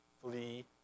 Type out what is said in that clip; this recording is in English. flee